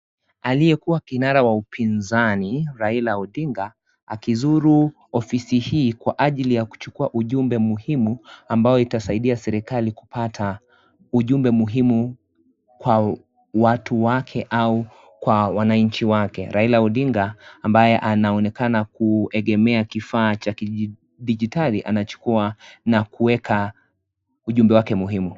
Aliyekuwa kinara wa upinzani, Raila Odinga, akizuru ofisi hii kwa ajili ya kuchukua ujumbe muhimu ambao itasaidia serikali kupata ujumbe muhimu kwa watu wake au kwa wananchi wake. Raila Odinga ambaye anaonekana kuekemea kifaa cha kidijitali anachukua na kuweka ujumbe wake muhimu.